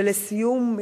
ולסיום,